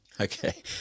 Okay